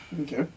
Okay